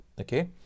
okay